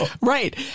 Right